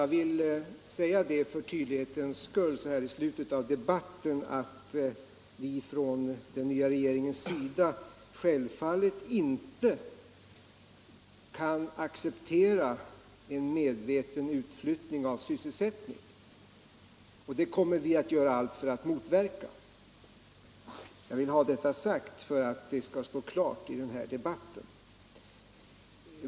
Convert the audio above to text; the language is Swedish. Herr talman! Jag vill så här i slutet av debatten för tydlighetens skull säga att den nya regeringen självfallet inte kan acceptera en medveten hindra kapitalexport och industriut utflyttning av sysselsättning. Det kommer vi att göra allt för att motverka. Jag vill ha detta sagt för att det skall stå klart i den här debatten.